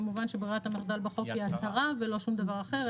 כמובן שברירת המחדל בחוק היא הצהרה ולא שום דבר אחר,